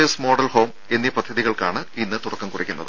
S model home എന്നീ പദ്ധതികൾക്കാണ് ഇന്ന് തുടക്കം കുറിക്കുന്നത്